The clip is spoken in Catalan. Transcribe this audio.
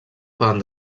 poden